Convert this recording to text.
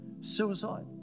Suicide